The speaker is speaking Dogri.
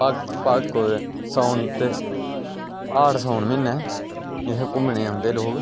भाद्रो ते सौन ते हाड़ सौन म्हीनें इ'त्थें घूमने ई औंदे लोग